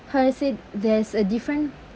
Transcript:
how I say there's a different